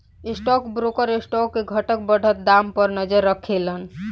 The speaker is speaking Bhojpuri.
स्टॉक ब्रोकर स्टॉक के घटत बढ़त दाम पर नजर राखेलन